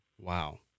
Wow